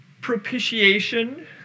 propitiation